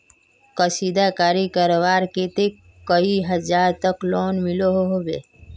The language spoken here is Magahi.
कशीदाकारी करवार केते कई हजार तक लोन मिलोहो होबे?